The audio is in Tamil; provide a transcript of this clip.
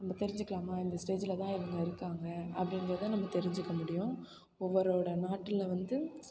நம்ம தெரிஞ்சிக்கிலாமா இந்த ஸ்டேஜில் தான் இவங்க இருக்காங்க அப்படின்றத நம்ம தெரிஞ்சிக்க முடியும் ஒவ்வோரோட நாட்டில் வந்து